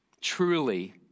truly